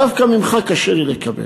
דווקא ממך קשה לי לקבל.